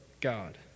God